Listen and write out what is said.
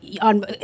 on